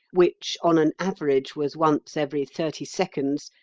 which on an average was once every thirty seconds,